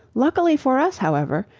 luckily for us however,